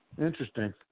Interesting